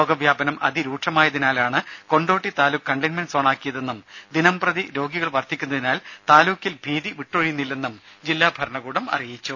രോഗവ്യാപനം അതിരൂക്ഷമായതിനാലാണ് കൊണ്ടോട്ടി താലൂക്ക് കണ്ടെയിൻമെന്റ് സോണാക്കിയതെന്നും ദിനംപ്രതി രോഗികൾ വർധിക്കുന്നതിനാൽ താലൂക്കിൽ ഭീതി വിട്ടൊഴിയുന്നില്ലെന്നും ജില്ലാ ഭരണകൂടം അറിയിച്ചു